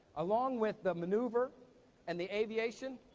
along with the maneuver and the aviation,